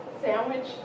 sandwich